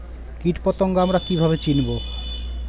কীটপতঙ্গ আমরা কীভাবে চিনব?